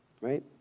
right